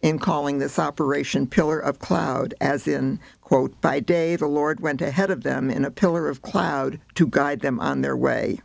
in calling this operation pillar of cloud as in quote by day the lord went ahead of them in a pillar of cloud to guide them on their way